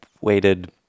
waited